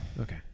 Okay